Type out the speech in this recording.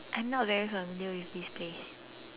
I'm not very familiar with this place